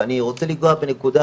ואני רוצה לגעת בנקודה,